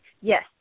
Yes